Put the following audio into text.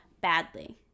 badly